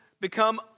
become